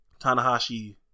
Tanahashi